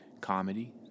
comedy